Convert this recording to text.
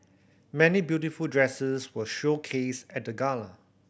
many beautiful dresses were showcased at the gala